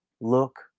look